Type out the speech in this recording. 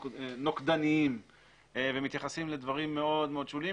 נוקדניים ומתייחסים לדברים מאוד שוליים,